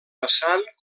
vessant